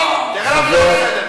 תראה למה אתה לא בסדר.